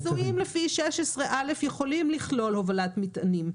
הניסויים לפי 16א יכולים לכלול הובלת מטענים.